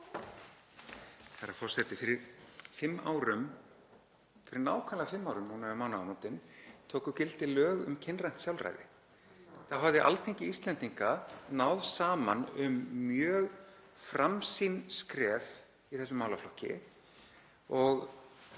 Fyrir fimm árum, fyrir nákvæmlega fimm árum núna um mánaðamótin, tóku gildi lög um kynrænt sjálfræði. Þá hafði Alþingi Íslendinga náð saman um mjög framsýn skref í þessum málaflokki.